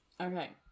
Okay